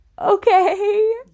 Okay